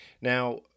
Now